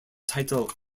title